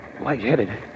lightheaded